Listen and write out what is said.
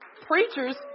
preachers